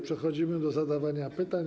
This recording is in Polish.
Przechodzimy do zadawania pytań.